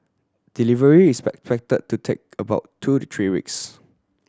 delivery is to take about two to three weeks